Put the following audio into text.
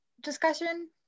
discussion